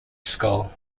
school